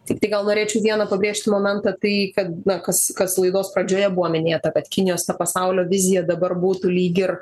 tiktai gal norėčiau vieną pabrėžti momentą tai kada na kas kas laidos pradžioje buvo minėta kad kinijos ta pasaulio vizija dabar būtų lyg ir